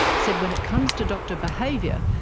said when it comes to doctor behaviour,